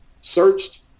searched